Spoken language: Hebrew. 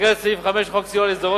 במסגרת סעיף 5 לחוק סיוע לשדרות,